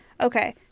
okay